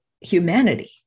humanity